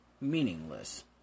meaningless